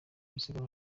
isiganwa